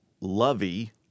lovey